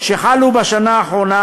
שחלו בשנה האחרונה,